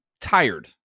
tired